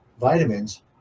vitamins